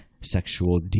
sexual